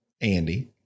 Andy